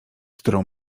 którą